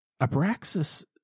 Abraxas